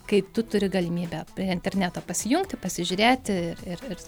kai tu turi galimybę prie interneto pasijungti pasižiūrėti ir ir ir